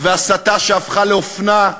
והסתה שהפכה לאופנה,